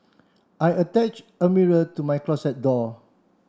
I attach a mirror to my closet door